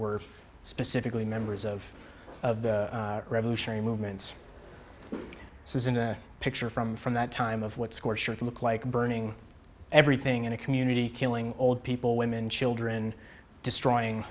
were specifically members of the revolutionary movements this is in the picture from from that time of what scorcher to look like burning everything in a community killing old people women children destroying